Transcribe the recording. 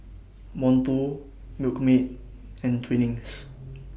Monto Milkmaid and Twinings